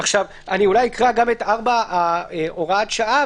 אני אקרא גם את הוראת השעה,